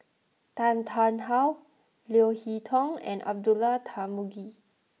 Tan Tarn How Leo Hee Tong and Abdullah Tarmugi